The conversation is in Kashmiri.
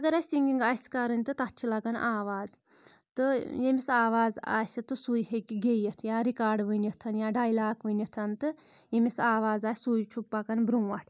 اگر اَسہِ سِنٛگِنٛگ آسہِ کَرٕنۍ تہٕ تَتھ چھِ لَگان آواز تہٕ ییٚمِس آواز آسہِ تہٕ سُے ہیٚکہِ گیٚیِتھ یا رِکاڈ ؤنِتھ یا ڈایٚلاک ؤنِتھ تہٕ ییٚمِس آواز آسہِ سُے چھُ پَکان برونٛٹھ